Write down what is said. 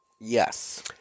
yes